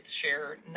share